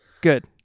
good